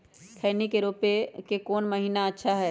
खैनी के रोप के कौन महीना अच्छा है?